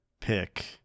pick